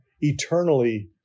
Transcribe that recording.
eternally